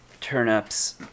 turnips